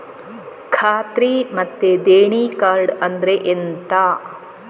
ಖಾತ್ರಿ ಮತ್ತೆ ದೇಣಿ ಕಾರ್ಡ್ ಅಂದ್ರೆ ಎಂತ?